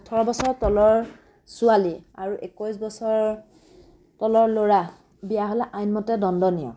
ওঠৰ বছৰৰ তলৰ ছোৱালী আৰু একৈছ বছৰ তলৰ ল'ৰা বিয়া হ'লে আইনমতে দণ্ডনীয়